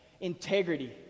integrity